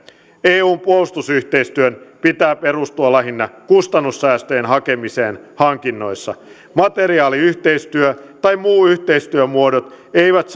eun puolustusyhteistyön pitää perustua lähinnä kustannussäästöjen hakemiseen hankinnoissa materiaaliyhteistyö tai muut yhteistyömuodot eivät